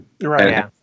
right